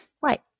Right